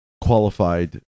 qualified